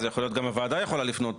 גם הוועדה יכולה לפנות